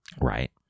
right